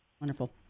Wonderful